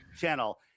channel